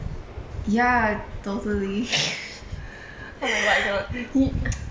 ya totally ye~